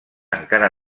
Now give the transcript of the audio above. encara